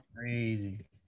crazy